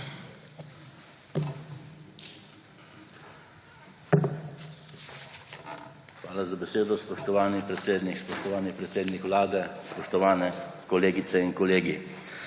Hvala za besedo, spoštovani predsednik. Spoštovani predsednik Vlade, spoštovani kolegice in kolegi!